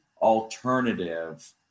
alternative